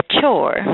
chore